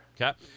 Okay